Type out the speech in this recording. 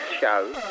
show